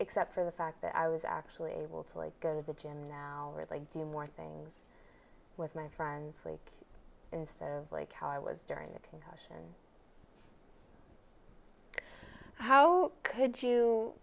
except for the fact that i was actually able to like going to the gym now i do more things with my friends like instead of like how i was during the concussion how did you